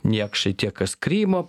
niekšai tie kas krymą